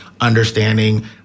understanding